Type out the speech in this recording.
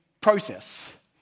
process